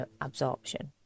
absorption